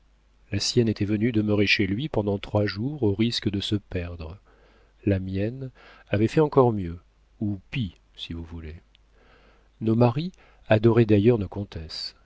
la sienne était venue demeurer chez lui pendant trois jours au risque de se perdre la mienne avait fait encore mieux ou pis si vous voulez nos maris adoraient d'ailleurs nos comtesses